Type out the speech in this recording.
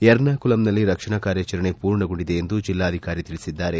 ಎರ್ನಾಕುಲಂನಲ್ಲಿ ರಕ್ಷಣಾ ಕಾರ್ಯಾಚರಣೆ ಪೂರ್ಣಗೊಂಡಿದೆ ಎಂದು ಜಿಲ್ಲಾಧಿಕಾರಿ ತಿಳಿಸಿದ್ದಾರೆ